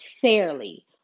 fairly